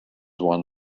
one